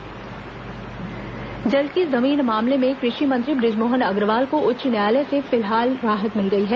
जलकी प्रकरण जलकी जमीन मामले में कृषि मंत्री बृजमोहन अग्रवाल को उच्च न्यायालय से फिलहाल राहत मिल गई है